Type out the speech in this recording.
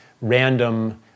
random